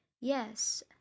Yes